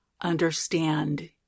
understand